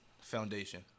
foundation